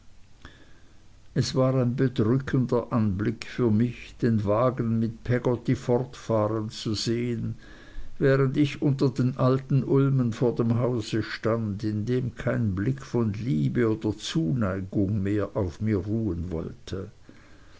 es war ein bedrückender anblick für mich den wagen mit peggotty fortfahren zu sehen während ich unter den alten ulmen vor dem hause stand in dem kein blick von liebe oder zuneigung mehr auf mir ruhen sollte